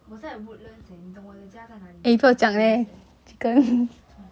我在 woodlands eh 你懂我的家在哪里 mah pasir-ris leh 做么